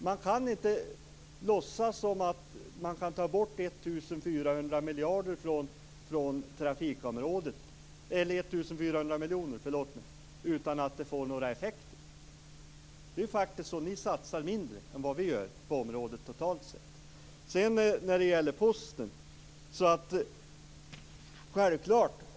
Man kan inte låtsas om att man kan ta bort 1 400 miljoner från trafikområdet utan att det får några effekter. Ni satsar faktiskt mindre än vad vi gör på området totalt sett.